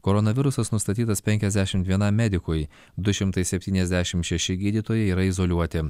koronavirusas nustatytas penkiasdešimt vienam medikui du šimtai septyniasdešimt šeši gydytojai yra izoliuoti